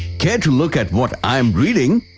care to look at what i am reading?